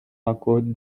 acordo